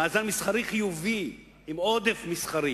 מאזן מסחרי חיובי עם עודף מסחרי